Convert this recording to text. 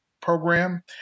Program